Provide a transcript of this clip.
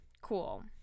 cool